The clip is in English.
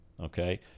okay